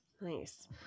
Nice